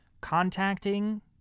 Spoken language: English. contacting